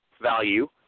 value